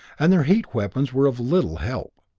and their heat weapons were of little help.